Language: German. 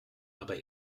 aber